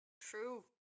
True